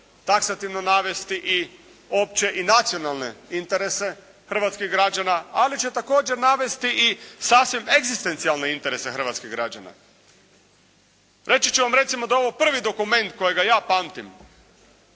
taksativno navesti i opće i nacionalne interese hrvatskih građana ali će također navesti i sasvim egzistencijalne interese hrvatskih građana. Reći ću vam recimo da je ovo prvi dokument kojega ja pamtim